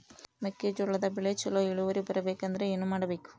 ಮೆಕ್ಕೆಜೋಳದ ಬೆಳೆ ಚೊಲೊ ಇಳುವರಿ ಬರಬೇಕಂದ್ರೆ ಏನು ಮಾಡಬೇಕು?